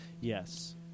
Yes